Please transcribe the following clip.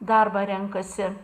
darbą renkasi